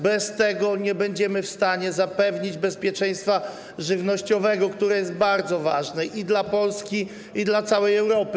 Bez tego nie będziemy w stanie zapewnić bezpieczeństwa żywnościowego, które jest bardzo ważne, i dla Polski, i dla całej Europy.